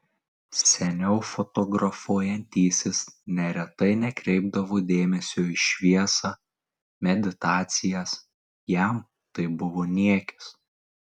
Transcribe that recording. seniau fotografuojantysis neretai nekreipdavo dėmesio į šviesą meditacijas jam tai buvo niekis